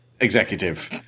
executive